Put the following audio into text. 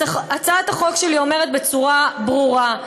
הצעת החוק שלי אומרת בצורה ברורה,